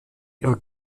ihre